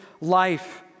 life